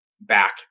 back